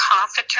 comforter